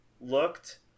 looked